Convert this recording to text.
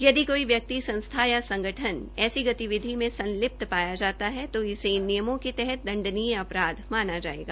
यदि कोई व्यक्ति संस्था या संगठन ऐसी गतिविधि में संलिप्त पाया जाता है तो इसे इन नियमों के तहत दंडनीय अपराध माना जाएगा